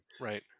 Right